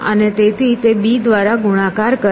અને તેથી તે b દ્વારા ગુણાકાર કરે છે